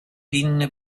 pinne